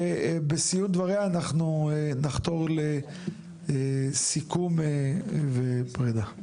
ובסיום דבריה אנחנו נחתור לסיכום ופרידה.